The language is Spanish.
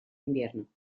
invierno